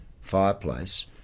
fireplace